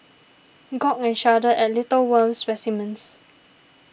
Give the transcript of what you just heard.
gawk and shudder a little at worm specimens